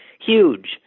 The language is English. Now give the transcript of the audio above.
huge